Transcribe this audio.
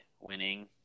winning